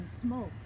smoke